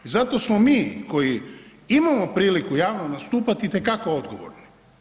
I zato smo mi koji imamo priliku javno nastupati i te kako odgovorni.